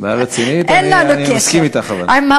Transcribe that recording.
בעיה רצינית, אבל אני מסכים אתך.